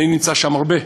אני נמצא שם הרבה,